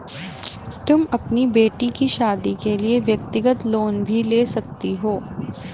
तुम अपनी बेटी की शादी के लिए व्यक्तिगत लोन भी ले सकती हो